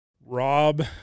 Rob